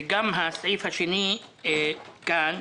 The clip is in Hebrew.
וגם הסעיף השני כאן,